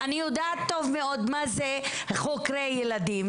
אני יודעת טוב מאוד מה זה חוקרי ילדים,